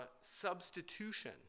substitution